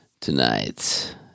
Tonight